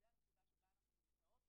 זו הנקודה שבה אנחנו נמצאות.